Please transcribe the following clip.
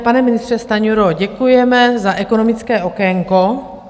Pane ministře Stanjuro, děkujeme za ekonomické okénko.